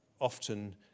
often